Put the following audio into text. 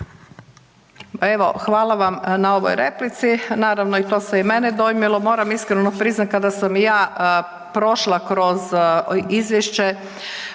Hvala vam na ovoj replici. Naravno to se i mene dojmilo. Moram iskreno priznati kada sam ja prošla kroz izvješće,